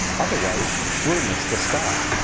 otherwise we'll miss the start.